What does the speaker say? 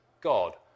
God